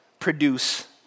produce